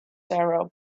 sarah